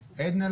ועדה,